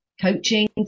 coaching